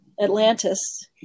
Atlantis